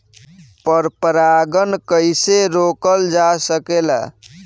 पर परागन कइसे रोकल जा सकेला?